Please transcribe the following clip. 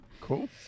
Cool